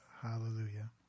Hallelujah